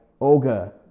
Olga